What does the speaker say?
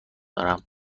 دارم